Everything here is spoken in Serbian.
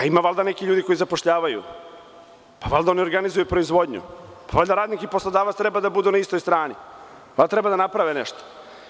Pa, ima valjda nekih ljudi koji zapošljavaju, valjda oni organizuju proizvodnju, valjda radnik i poslodavac treba da budu na istoj strani, da naprave nešto.